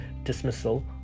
dismissal